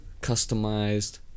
customized